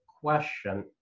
question